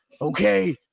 Okay